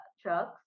trucks